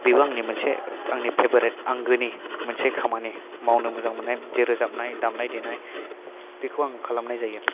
बेबो आंनि मोनसे आंनि फेभारेट आंगोनि मोनसे खामानि मावनो मोजां मोननाय जे रोजाबनाय दामनाय देनाय बेखौ आं खालामनाय जायो